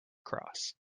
cross